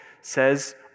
says